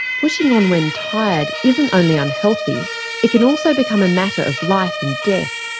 pushing on when tired isn't only unhealthy it can also become a matter of life and death.